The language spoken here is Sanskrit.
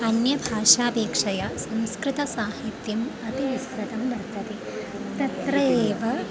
अन्यभाषापेक्षया संस्कृतसाहित्यम् अति विस्तृतं वर्तते तत्र एव